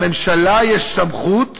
לממשלה יש סמכות כזאת.